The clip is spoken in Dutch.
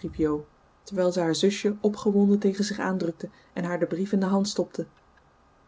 riep jo terwijl ze haar zusje opgewonden tegen zich aandrukte en haar den brief in de hand stopte